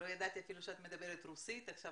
לא ידעתי שאת דוברת רוסית ועכשיו